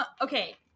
okay